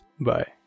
Bye